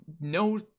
No